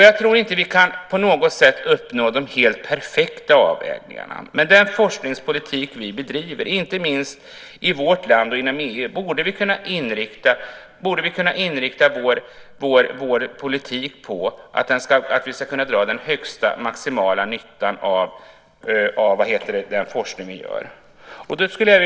Jag tror inte att vi på något sätt kan uppnå de helt perfekta avvägningarna, men den forskningspolitik vi bedriver, inte minst i vårt land och inom EU, borde kunna inriktas på att vi ska kunna dra maximal nytta av den forskning som görs.